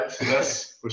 yes